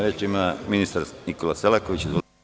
Reč ima ministar Nikola Selaković.